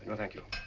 but thank you.